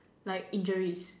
like injuries